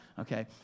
Okay